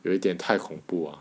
有一点太恐怖啊